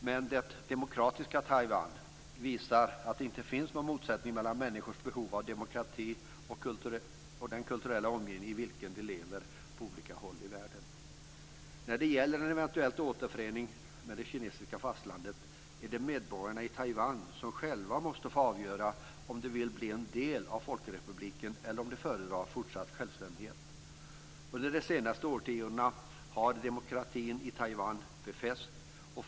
Men det demokratiska Taiwan visar att det inte finns någon motsättning mellan människors behov av demokrati och den kulturella omgivning i vilken de lever på olika håll i världen. När det gäller en eventuell återförening med det kinesiska fastlandet är det medborgarna i Taiwan som själva måste få avgöra om de vill bli en del av Folkrepubliken eller om de föredrar fortsatt självständighet. Under de senaste årtiondena har demokratin i Taiwan befästs.